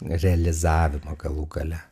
realizavimą galų gale